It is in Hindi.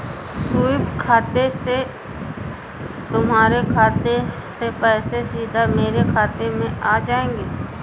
स्वीप खाते से तुम्हारे खाते से पैसे सीधा मेरे खाते में आ जाएंगे